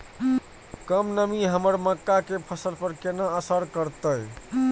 कम नमी हमर मक्का के फसल पर केना असर करतय?